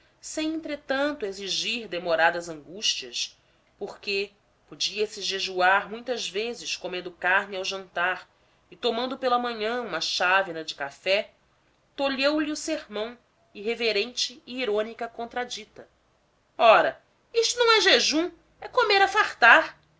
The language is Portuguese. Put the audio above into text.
sem entretanto exigir demoradas angústias porque podia-se jejuar muitas vezes comendo carne ao jantar e tomando pela manhã uma chávena de café tolheu lhe o sermão irreverente e irônica contradita ora isto não é jejum é comer a fartar